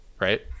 right